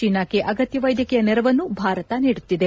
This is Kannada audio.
ಚೀನಾಕ್ಕೆ ಅಗತ್ಯ ವ್ಯೆದ್ಗಕೀಯ ನೆರವನ್ನೂ ಭಾರತ ನೀಡುತ್ತಿದೆ